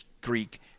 Greek